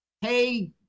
hey